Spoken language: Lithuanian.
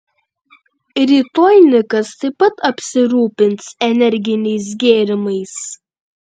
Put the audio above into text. rytoj nikas taip pat apsirūpins energiniais gėrimais